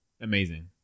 amazing